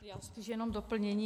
Já spíš jenom doplnění.